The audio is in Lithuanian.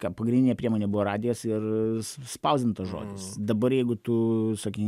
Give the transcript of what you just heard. ten pagrindinė priemonė buvo radijas ir ss spausdintas žodis dabar jeigu tu sakykim